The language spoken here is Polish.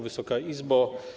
Wysoka Izbo!